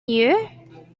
you